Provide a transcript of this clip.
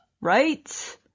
right